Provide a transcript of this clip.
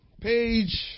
Page